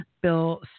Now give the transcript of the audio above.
Bill